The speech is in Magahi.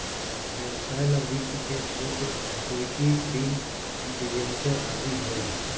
व्यवसाय ला वित्त के स्रोत इक्विटी, ऋण, डिबेंचर आदि हई